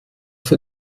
für